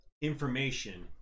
information